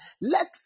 Let